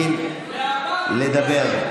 נא לאפשר לחבר הכנסת אלקין לדבר.